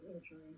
injuries